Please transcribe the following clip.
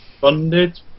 funded